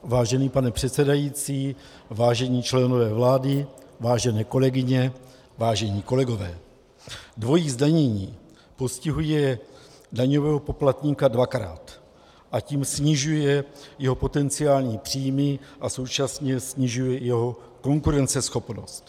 Vážený pane předsedající, vážení členové vlády, vážené kolegyně, vážení kolegové, dvojí zdanění postihuje daňového poplatníka dvakrát, a tím snižuje jeho potenciální příjmy a současně snižuje i jeho konkurenceschopnost.